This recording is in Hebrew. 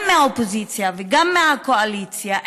גם מהאופוזיציה וגם מהקואליציה,